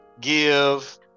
give